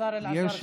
השר אלעזר שטרן.